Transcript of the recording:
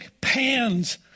pans